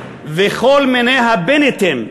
וכל מיני ה"בנטים",